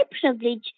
privilege